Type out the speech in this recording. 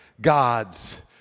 God's